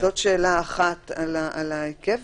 זאת שאלה אחת על ההיקף.